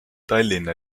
tallinna